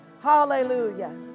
Hallelujah